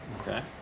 Okay